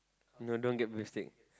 no don't get beef steak